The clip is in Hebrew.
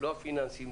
לא הפיננסיים,